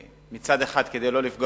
מצד אחד, כדי לא לפגוע